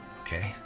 Okay